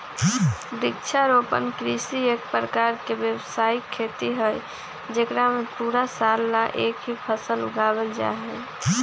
वृक्षारोपण कृषि एक प्रकार के व्यावसायिक खेती हई जेकरा में पूरा साल ला एक ही फसल उगावल जाहई